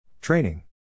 Training